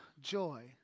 joy